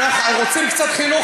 רוצים קצת חינוך?